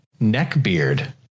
Neckbeard